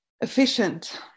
efficient